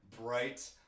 bright